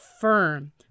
firm